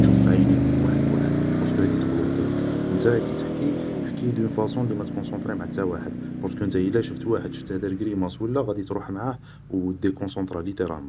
تشوف في عينيهم واحد بواحد, بارسكو هادي تبلوكيك, نتا كي تحكي, حكي دون فاصون لي ماتكنصونطري مع حتى واحد, بارسكو ادا شفت واحد و شفته دار غريماس ولا, غادي تروح معاه و ديكونصونطرا ليتيرالمون